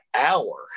hour